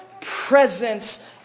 presence